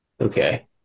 Okay